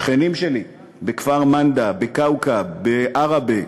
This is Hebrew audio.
שכנים שלי בכפר-מנדא, בכאוכב, בעראבה,